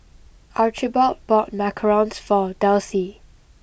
Archibald bought Macarons for Delcie